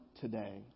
today